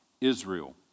Israel